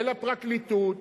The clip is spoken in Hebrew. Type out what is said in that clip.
ולפרקליטות,